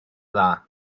dda